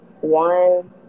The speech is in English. One